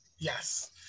yes